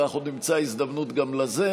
אבל אנחנו עוד נמצא הזדמנות גם לזה.